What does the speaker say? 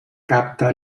capta